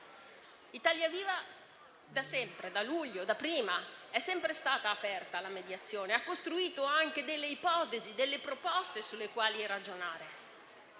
Italia Viva, da sempre, da luglio, da prima, è stata aperta alla mediazione e ha costruito delle ipotesi, delle proposte sulle quali ragionare,